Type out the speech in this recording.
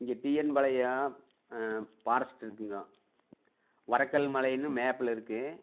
இங்கே T N Palayam forest இருக்குங்க வரக்கல் மலைனு மேப்பில் இருக்குது